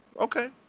okay